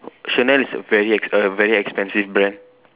Chanel is a very err very expensive brand